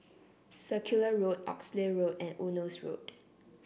Circular Road Oxley Road and Eunos Road